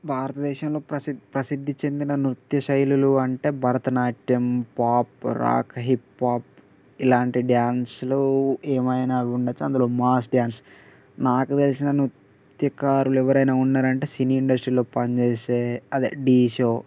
భారతదేశంలో ప్రసి ప్రసిద్ధి చెందిన నృత్యశైలులు అంటే భరతనాట్యం పాప్ రాక్ హిప్పాప్ ఇలాంటి డ్యాన్స్లు ఏవైనా ఉండచ్చు అందులో మాస్ డ్యాన్స్ నాకు తెలిసిన నృత్యకారులు ఎవరైనా ఉన్నారా అంటే సినీ ఇండస్ట్రీలో పనిచేసే అదే ఢీ షో